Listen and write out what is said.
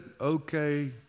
okay